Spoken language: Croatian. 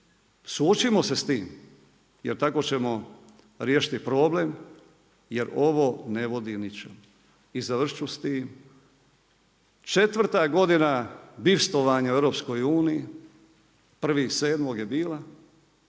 suočimo se s time jer tako ćemo riješiti problem jer ovo ne vodi ničemu. I završit ću s tim, četvrta je godina bivstovanja u EU-u, 01.07. je bila,